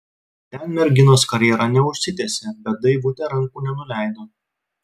ten merginos karjera neužsitęsė bet daivutė rankų nenuleido